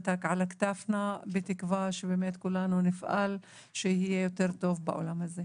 כולנו, נפעל שיהיה יותר טוב בעולם הזה.